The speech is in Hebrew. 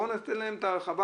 בואו ניתן להם את ההרחבה,